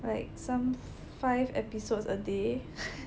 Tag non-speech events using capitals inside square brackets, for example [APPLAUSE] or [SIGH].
like some five episodes a day [BREATH]